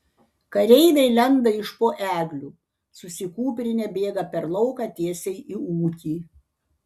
kareiviai lenda iš po eglių susikūprinę bėga per lauką tiesiai į ūkį